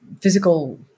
physical